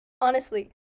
honestly-